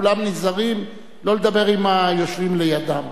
כולם נזהרים שלא לדבר עם היושבים לידם,